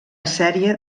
sèrie